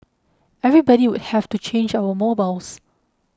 everybody would have to change our mobiles